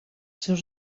seus